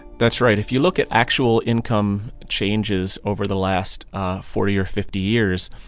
that's right. if you look at actual income changes over the last forty or fifty years,